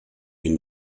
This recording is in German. den